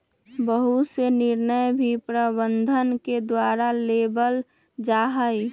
बहुत से निर्णय भी प्रबन्धन के द्वारा लेबल जा हई